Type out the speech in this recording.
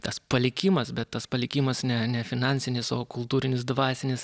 tas palikimas bet tas palikimas ne ne finansinis o kultūrinis dvasinis